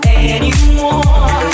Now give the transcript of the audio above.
anymore